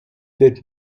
wird